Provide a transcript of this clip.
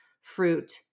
fruit